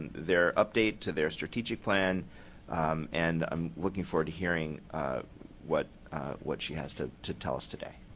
their update to their strategic plan and i'm looking forward to hearing what what she has to to tell us today.